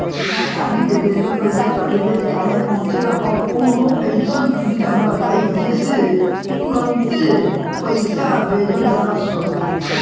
आज के भेजल पैसा कालहे काहे पहुचेला और कौनों अइसन सुविधा बताई जेसे तुरंते पैसा भेजल जा सके?